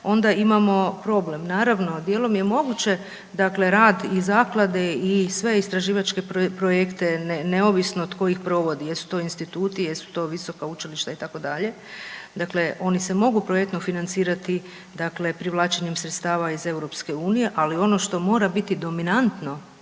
onda imamo problem. Naravno dijelom je moguće dakle rad i zaklade i sve istraživačke projekte neovisno tko ih provodi jesu to instituti, jesu to visoka učilišta itd., dakle oni se mogu projektno financirati dakle privlačenjem sredstava iz EU, ali ono što mora biti dominantno